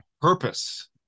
purpose